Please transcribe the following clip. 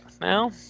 Now